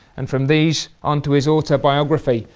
and from these onto his autobiography,